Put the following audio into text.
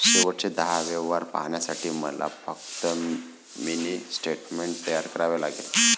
शेवटचे दहा व्यवहार पाहण्यासाठी मला फक्त मिनी स्टेटमेंट तयार करावे लागेल